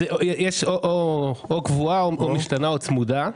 יש קבועה, משתנה או צמודה.